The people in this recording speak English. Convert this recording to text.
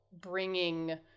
bringing